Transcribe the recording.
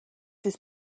his